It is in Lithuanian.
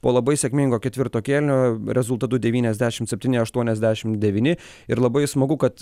po labai sėkmingo ketvirto kėlinio rezultatu devyniasdešimt septyni aštuoniasdešim devyni ir labai smagu kad